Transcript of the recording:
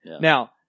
Now